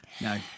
no